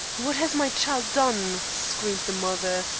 what has my child done screamed the mother.